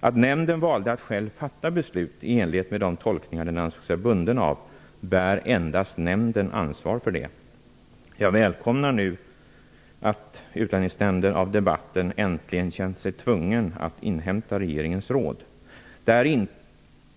Att nämnden valde att själv fatta beslut i enlighet med de tolkningar som den ansåg sig bunden av bär endast nämnden ansvar för. Jag välkomnar att Utlänningsnämnden nu med anledningen av debatten äntligen känt sig tvungen att inhämta regeringens råd.